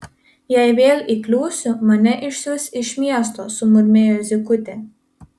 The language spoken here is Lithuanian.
jei vėl įkliūsiu mane išsiųs iš miesto sumurmėjo zykutė